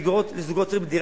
לזוגות צעירים,